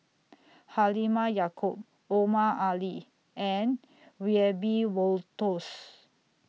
Halimah Yacob Omar Ali and Wiebe Wolters